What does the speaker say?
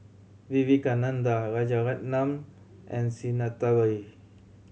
Vivekananda Rajaratnam and Sinnathamby